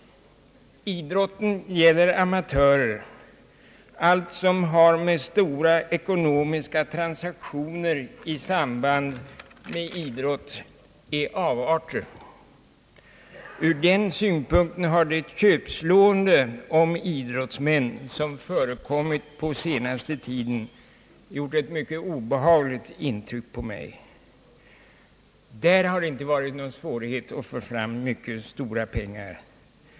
Idrotten är något för amatörer. Alla stora ekonomiska transaktioner i samband med idrott är avarter. Ur den synvinkeln har det köpslående om idrottsmän som har förekommit på den senaste tiden gjort ett mycket obehagligt intryck på mig. Där har det inte varit någon svårighet att få fram mycket stora pengar.